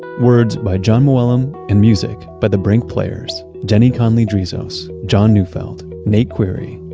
words by jon mooallem and music by the brink players' jenny conlee-drizos, jon neufeld, nate query,